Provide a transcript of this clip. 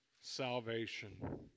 salvation